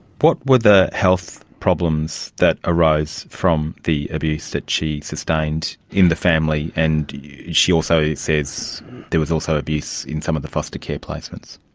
what were the health problems that arose from the abuse that she sustained in the family, and she also yeah says there was also abuse in some of the foster care placements.